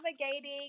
navigating